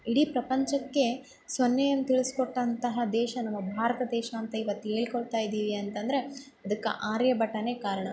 ಇಡೀ ಪ್ರಪಂಚಕ್ಕೆ ಸೊನ್ನೆಯನ್ನು ತಿಳಿಸಿಕೊಟ್ಟಂತಹ ದೇಶ ನಮ್ಮ ಭಾರತ ದೇಶ ಅಂತ ಇವತ್ತು ಹೇಳ್ಕೊಳ್ತಾ ಇದೀವಿ ಅಂತಂದರೆ ಅದಕ್ಕೆ ಆ ಆರ್ಯಭಟ ಕಾರಣ